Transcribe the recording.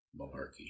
malarkey